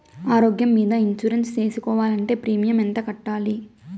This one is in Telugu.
ఆరోగ్యం మీద ఇన్సూరెన్సు సేసుకోవాలంటే ప్రీమియం ఎంత కట్టాలి?